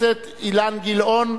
אילן גילאון,